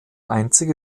einzige